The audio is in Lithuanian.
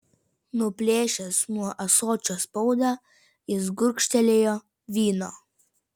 nuplėšęs nuo ąsočio spaudą jis gurkštelėjo vyno